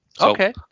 Okay